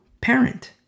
parent